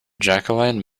jacqueline